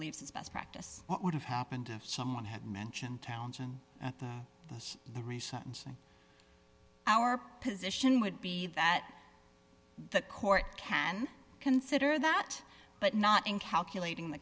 believes is best practice what would have happened if someone had mentioned townsend at the the recent thing our position would be that the court can consider that but not in calculating the